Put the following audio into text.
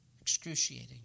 Excruciating